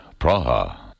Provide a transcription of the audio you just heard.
Praha